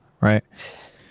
right